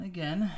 Again